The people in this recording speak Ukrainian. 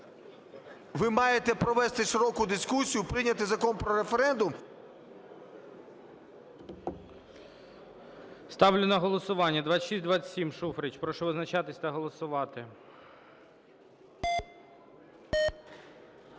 ви маєте провести широку дискусію, прийняти Закон про референдум… ГОЛОВУЮЧИЙ. Ставлю на голосування 2627, Шуфрич. Прошу визначатись та голосувати.